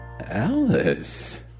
Alice